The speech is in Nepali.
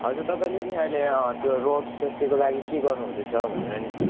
हजुर तपाईँले नि अहिले त्यो रोड सेफ्टीको लागि के गर्नुहुँदैछ भनेर नि